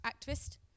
activist